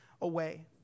away